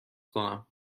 کنم